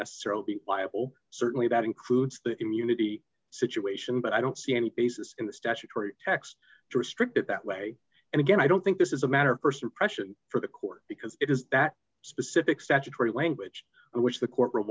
necessarily be liable certainly that includes the immunity situation but i don't see any basis in the statutory text to restrict it that way and again i don't think this is a matter of personal pressure for the court because it is that specific statutory language which the court